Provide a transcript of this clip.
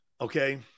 Okay